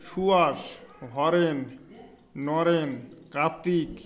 Suhas Haren Naren Kartik